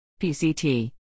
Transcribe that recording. PCT